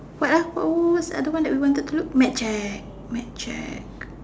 what else what what what's the other one that we wanted to look mad Jack mad Jack